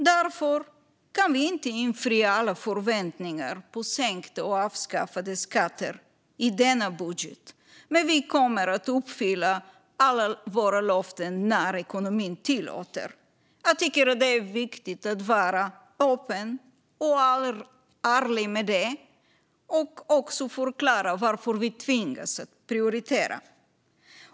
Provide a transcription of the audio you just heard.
Därför kan vi inte infria alla förväntningar på sänkta och avskaffade skatter i denna budget, men vi kommer att uppfylla alla våra löften när ekonomin tillåter. Jag tycker att det är viktigt att vara öppen och ärlig med det och även att förklara varför vi tvingas att prioritera.